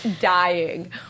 dying